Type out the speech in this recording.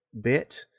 bit